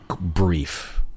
brief